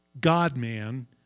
god-man